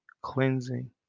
cleansing